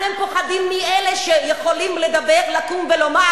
אתם פוחדים מאלה שיכולים לדבר, לקום ולומר: